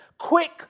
Quick